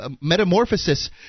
Metamorphosis